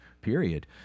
period